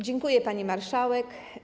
Dziękuję, pani marszałek.